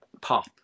pop